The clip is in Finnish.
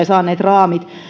saaneet raamit